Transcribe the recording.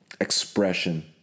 expression